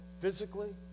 physically